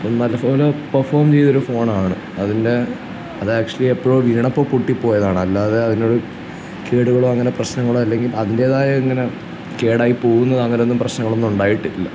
അപ്പം നല്ല ഫോനോ പെർഫോം ചെയ്തൊരു ഫോണാണ് അതിൻ്റെ അത് ആക്ച്യുല്ലി എപ്പോഴാണ് വീണപ്പോൾ പൊട്ടിപ്പോയതാണ് അല്ലാതെ അതിനൊരു കേടുകളോ അങ്ങനെ പ്രശ്നങ്ങളോ അല്ലെങ്കിൽ അതിന്റെതായ ഇങ്ങനെ കേടായി പോകുന്നത് അങ്ങനൊന്നും പ്രശ്നങ്ങളൊന്നും ഉണ്ടായിട്ടില്ല